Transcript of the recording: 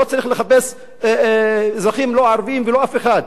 לא צריך לחפש אזרחים, לא ערבים ולא אף אחד.